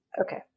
Okay